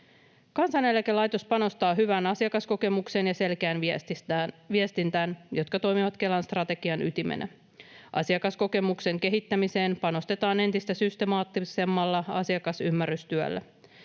Kansaneläkelaitos panostaa hyvään asiakaskokemukseen ja selkeään viestintään, jotka toimivat Kelan strategian ytimenä. Asiakaskokemuksen kehittämiseen panostetaan entistä systemaattisemmalla asiakasymmärrystyöllä.